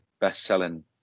best-selling